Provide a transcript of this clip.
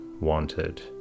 wanted